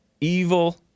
evil